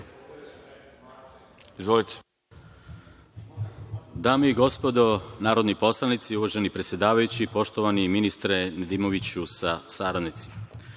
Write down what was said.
Dame i gospodo narodni poslanici, uvaženi predsedavajući, poštovani ministre Nedimoviću sa saradnicima. Vlada